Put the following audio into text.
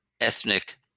ethnic